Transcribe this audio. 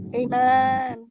amen